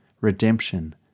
redemption